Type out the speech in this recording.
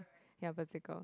ya bicycle